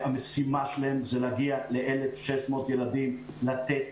המשימה שלהם זה להגיע ל-1,600 ילדים ולתת